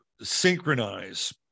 synchronize